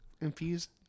infused